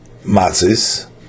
matzis